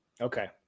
Okay